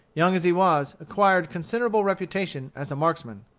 young as he was, acquired considerable reputation as a marksman.